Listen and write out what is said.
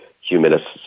humanists